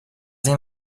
این